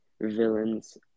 villains